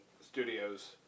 studios